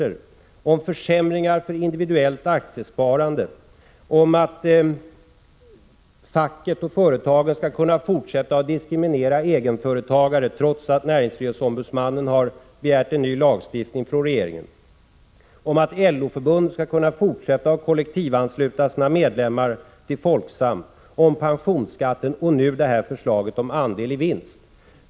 1986/87:135 försämringar för individuellt aktiesparande, om att facket och företagen skall = 3 juni 1987 kunna fortsätta att diskriminera egenföretagare trots att näringsfrihetsombudsmannen har begärt en ny lagstiftning från regeringen, om att LO förbund skall kunna fortsätta att kollektivansluta sina medlemmar till Folksam, om pensionsskatten och nu detta förslag om andel i vinst.